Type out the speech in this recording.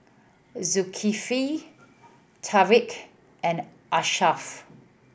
Zulkifli Taufik and Ashraf